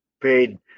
paid